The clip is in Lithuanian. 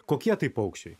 kokie tai paukščiai